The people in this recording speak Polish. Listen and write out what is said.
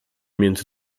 między